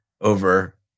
over